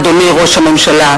אדוני ראש הממשלה,